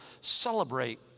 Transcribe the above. celebrate